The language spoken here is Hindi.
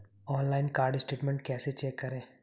ऑनलाइन कार्ड स्टेटमेंट कैसे चेक करें?